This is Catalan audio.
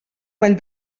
vall